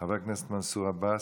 חבר הכנסת מנסור עבאס,